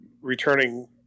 returning